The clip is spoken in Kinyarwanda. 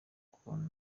kuntu